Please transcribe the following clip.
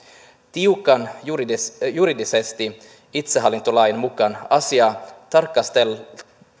tiukan juridisesti juridisesti itsehallintolain mukaan asiaa tarkasteltaessa